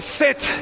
sit